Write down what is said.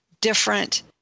different